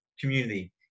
community